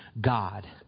God